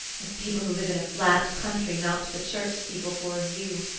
as people who live in a flat country mount the church steeple for a view.